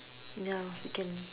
ya you can